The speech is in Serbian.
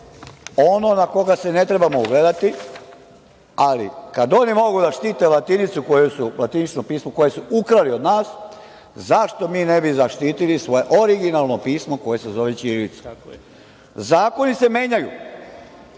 ono na koga se ne trebamo ugledati, ali kad oni mogu da štite latinično pismo koje su ukrali od nas zašto mi ne bi zaštitili svoje originalno pismo koje se zove ćirilica. Zakoni se menjaju.